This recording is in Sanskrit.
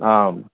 आम्